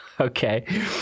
Okay